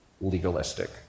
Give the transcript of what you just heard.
legalistic